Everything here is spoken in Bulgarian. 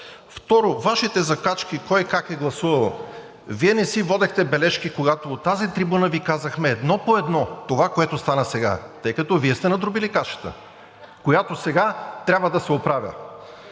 Второ, Вашите закачки кой как е гласувал. Вие не си водехте бележки, когато от тази трибуна Ви казахме едно по едно това, което стана сега, тъй като Вие сте надробили кашата, която сега трябва да се оправя.